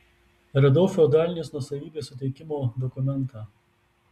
radau feodalinės nuosavybės suteikimo dokumentą